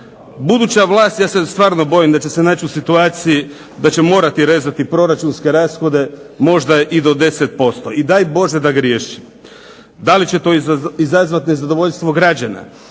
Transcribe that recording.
Buduća vlast, ja se stvarno bojim da će se naći u situaciji da će morati rezati proračunske rashode možda i do 10%. I daj Bože da griješim. Da li će to izazvati nezadovoljstvo građana?